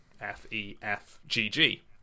F-E-F-G-G